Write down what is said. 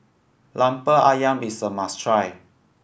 Lemper Ayam is a must try